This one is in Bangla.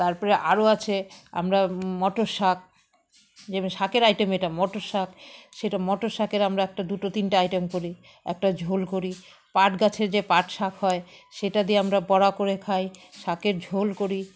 তারপরে আরও আছে আমরা মটর শাক যেমনি শাকের আইটেম এটা মটর শাক সেটা মটর শাকের আমরা একটা দুটো তিনটে আইটেম করি একটা ঝোল করি পাট গাছের যে পাট শাক হয় সেটা দিয়ে আমরা বড়া করে খাই শাকের ঝোল করি